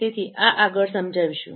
તેથી આ આગળ સમજાવીશું